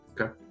Okay